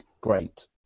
great